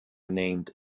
named